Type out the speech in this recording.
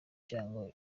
cyangwa